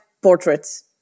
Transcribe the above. portraits